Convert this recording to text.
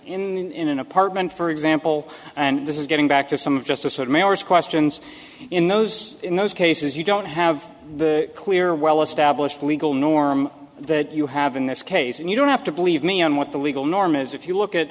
and an apartment for example and this is getting back to some of just the sort of hours questions in those in those cases you don't have the clear well established legal norm that you have in this case and you don't have to believe me on what the legal norm is if you look at